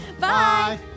Bye